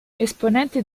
esponenti